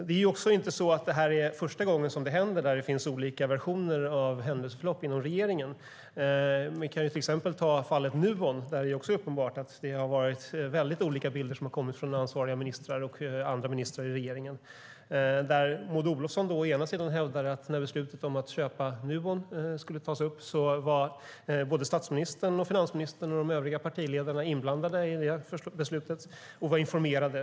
Det är inte heller första gången som det händer att det finns olika versioner av händelseförlopp inom regeringen. Jag kan till exempel ta fallet Nuon där det också är uppenbart att det har varit mycket olika bilder som har kommit från ansvariga ministrar och andra ministrar i regeringen. Maud Olofsson hävdar å ena sidan att när beslutet om att köpa Nuon skulle tas upp var statsministern, finansministern och de övriga partiledarna inblandade i det beslutet och var informerade.